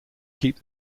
keep